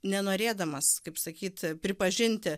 nenorėdamas kaip sakyt pripažinti